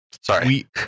Sorry